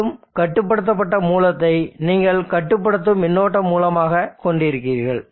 மேலும் கட்டுப்படுத்தப்பட்ட மூலத்தை நீங்கள் கட்டுப்படுத்தும் மின்னோட்ட மூலமாக கொண்டிருக்கிறீர்கள்